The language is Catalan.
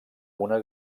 una